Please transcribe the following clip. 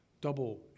double